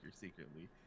secretly